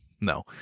no